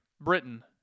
Britain